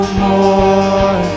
more